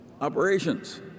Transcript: operations